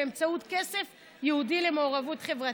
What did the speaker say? באמצעות כסף ייעודי למעורבות חברתית,